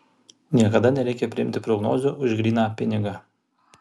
niekada nereikia priimti prognozių už gryną pinigą